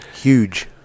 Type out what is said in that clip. Huge